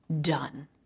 done